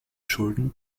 schulden